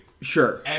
Sure